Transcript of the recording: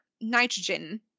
nitrogen